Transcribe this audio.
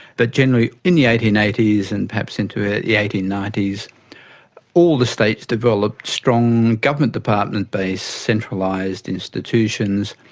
but generally in the eighteen eighty s and perhaps into the ah yeah eighteen ninety s all the states developed strong government department based, centralised institutions.